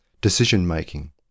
decision-making